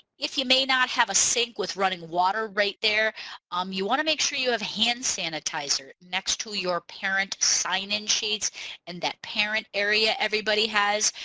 if you may not have a sink with running water right there um you want to make sure you have hand sanitizer next to your parent sign-in sheets and that parent area everybody has.